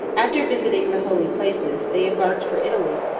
after visiting the holy places, they embarked for italy,